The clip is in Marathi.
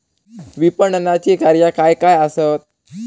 विपणनाची कार्या काय काय आसत?